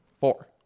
Four